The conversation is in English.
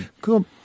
Cool